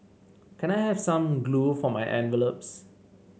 can I have some glue for my envelopes